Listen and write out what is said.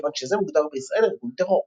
כיוון שזה מוגדר בישראל ארגון טרור.